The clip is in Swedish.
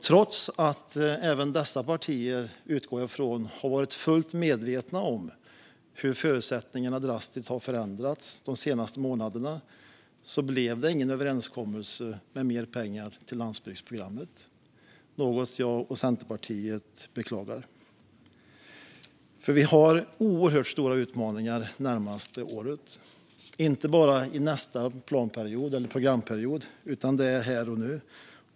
Trots att även dessa partier, utgår jag från, har varit fullt medvetna om hur förutsättningarna drastiskt har förändrats de senaste månaderna blev det ingen överenskommelse med mer pengar till landsbygdsprogrammet. Det är något jag och Centerpartiet beklagar. Vi har oerhört stora utmaningar det närmaste året. Det gäller inte bara i nästa programperiod utan här och nu.